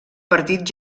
partit